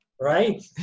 right